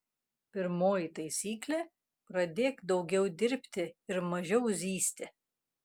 pirmoji taisyklė pradėk daugiau dirbti ir mažiau zyzti